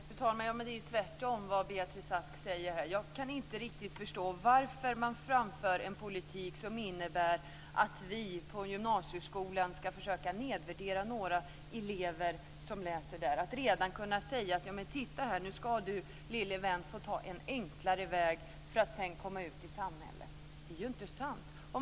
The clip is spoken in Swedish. Fru talman! Det är tvärtemot vad Beatrice Ask säger. Jag kan inte riktigt förstå varför man för fram en politik som innebär att vi på gymnasieskolan ska försöka nedvärdera några elever som läser där. Att redan där kunna säga: Titta här, nu ska du lille vän få ta en enklare väg för att sedan komma ut i samhället. Det är ju inte sant.